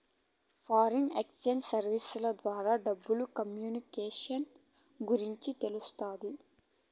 foreign exchange services ద్వారా డబ్బులు communications గురించి తెలుస్తాది